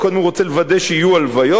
אבל קודם הוא רוצה לוודא שיהיו הלוויות,